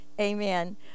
Amen